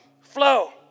flow